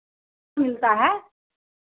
मिलता है